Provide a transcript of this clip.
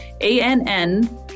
A-N-N